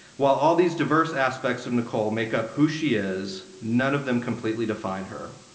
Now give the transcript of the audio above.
while all these diverse aspects of nicole make up who she is, none of them completely define her.